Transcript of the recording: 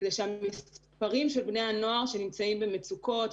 כדי שהמספרים של בני הנוער שנמצאים במצוקות,